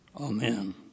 Amen